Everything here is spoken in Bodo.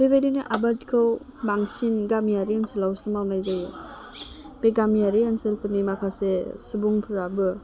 बेबायदिनो आबादखौ बांसिन गामियारि ओनसोलावसो मावनाय जायो बे गामियारि ओनसोलफोरनि माखासे सुबुंफ्राबो